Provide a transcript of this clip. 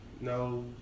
no